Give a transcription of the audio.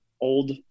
old